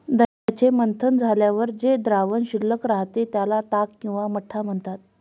दह्याचे मंथन झाल्यावर जे द्रावण शिल्लक राहते, त्याला ताक किंवा मठ्ठा म्हणतात